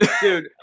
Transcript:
dude